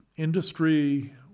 industry